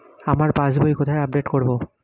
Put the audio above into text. আমার passbook কোথায় update করব?